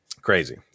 crazy